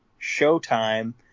Showtime